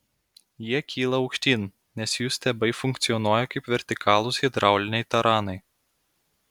jie kyla aukštyn nes jų stiebai funkcionuoja kaip vertikalūs hidrauliniai taranai